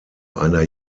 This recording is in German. einer